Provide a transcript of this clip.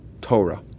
Torah